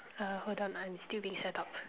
err hold on I'm still being set up